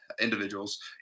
individuals